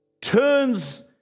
turns